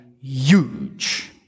huge